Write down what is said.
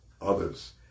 others